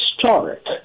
historic